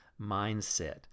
mindset